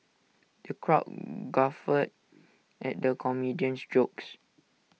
the crowd guffawed at the comedian's jokes